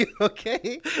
okay